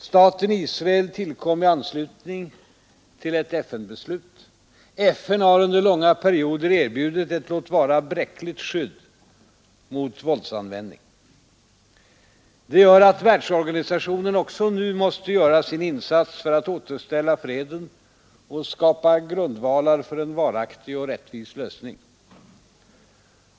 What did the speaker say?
Staten Israel tillkom i anslutning till ett FN-beslut. FN har under långa perioder erbjudit ett låt vara bräckligt skydd mot våldsanvändning. Det gör att världsorganisationen också nu måste göra sin insats för att återställa freden och skapa grundvalar för en varaktig och rättvis lösning.